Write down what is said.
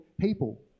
people